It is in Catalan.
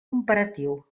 comparatiu